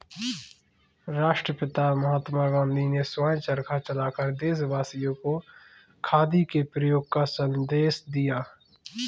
राष्ट्रपिता महात्मा गांधी ने स्वयं चरखा चलाकर देशवासियों को खादी के प्रयोग का संदेश दिया